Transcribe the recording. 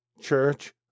church